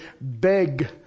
beg